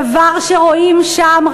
דבר שרואים שם,